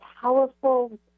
powerful